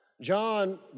John